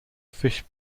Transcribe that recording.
fish